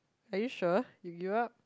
are you sure you give up